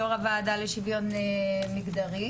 יו"ר הוועדה לקיום המגדרי,